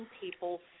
people